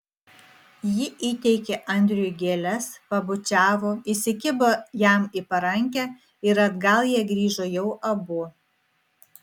ji įteikė andriui gėles pabučiavo įsikibo jam į parankę ir atgal jie grįžo jau abu